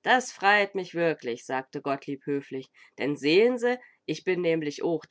das freit mich wirklich sagte gottlieb höflich denn sehn se ich bin nämlich ooch